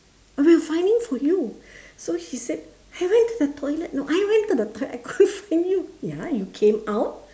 we were finding for you so she said I went to the toilet no I went to the toilet I couldn't find you ya you came out